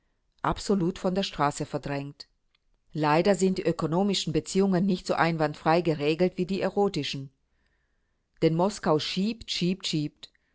absolut von der straße verdrängt leider sind die ökonomischen beziehungen nicht so einwandfrei geregelt wie die erotischen denn moskau schiebt schiebt schiebt